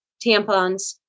tampons